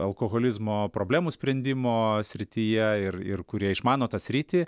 alkoholizmo problemų sprendimo srityje ir ir kurie išmano tą sritį